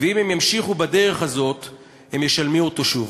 ואם הם ימשיכו בדרך הזאת הם ישלמו אותו שוב.